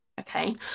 okay